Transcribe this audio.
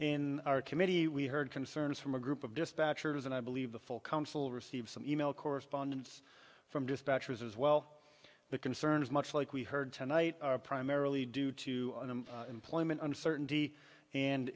in our committee we heard concerns from a group of dispatchers and i believe the full council received some email correspondence from dispatchers as well the concerns much like we heard tonight are primarily due to employment uncertainty and